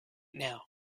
now